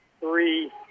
three